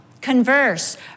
converse